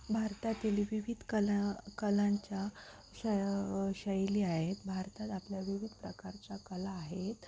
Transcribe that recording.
भारतातील विविध कला कलांच्या शै शैली आहेत भारतात आपल्या विविध प्रकारच्या कला आहेत